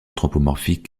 anthropomorphique